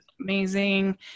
amazing